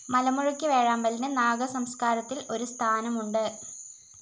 മലമുഴക്കി വേഴാമ്പലിന് നാഗ സംസ്കാരത്തിൽ ഒരു സ്ഥാനമുണ്ട്